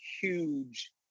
huge